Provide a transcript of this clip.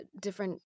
different